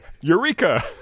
Eureka